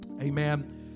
Amen